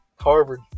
Harvard